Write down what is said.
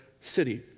city